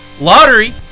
Lottery